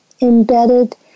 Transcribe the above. embedded